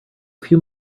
few